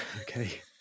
Okay